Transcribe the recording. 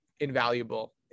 invaluable